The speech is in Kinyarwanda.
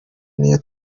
n’iya